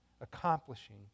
accomplishing